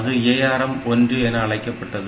அது ARM1 என்று அழைக்கப்பட்டது